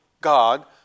God